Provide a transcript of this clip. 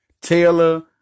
taylor